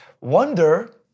Wonder